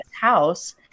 house